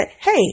hey